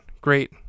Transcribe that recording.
great